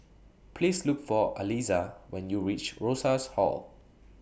Please Look For Aliza when YOU REACH Rosas Hall